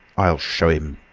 i'll show him,